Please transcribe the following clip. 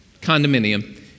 condominium